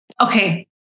Okay